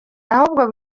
ahubwo